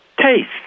Taste